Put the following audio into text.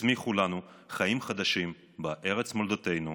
יצמיחו לנו חיים חדשים בארץ מולדתנו,